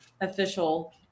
official